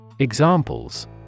Examples